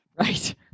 right